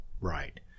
right